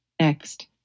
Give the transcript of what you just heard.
Next